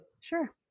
Sure